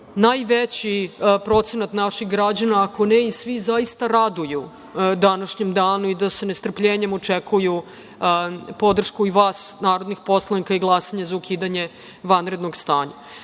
najveći procenat naših građana, ako ne i svi, zaista raduju današnjem danu i da se nestrpljenjem očekuju podršku i vas narodnih poslanika i glasanje za ukidanje vanrednog stanja. Što